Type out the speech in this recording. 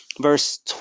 Verse